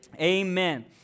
Amen